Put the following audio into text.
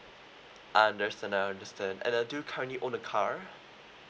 understand I understand and uh do you currently own a car